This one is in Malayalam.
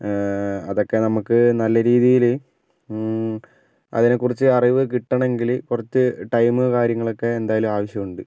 അതൊക്കെ നമുക്ക് നല്ല രീതിയില് അതിനെക്കുറിച്ച് അറിവ് കിട്ടണമെങ്കില് കുറച്ച് ടൈമ് കാര്യങ്ങളൊക്കെ എന്തായാലും ആവശ്യമുണ്ട്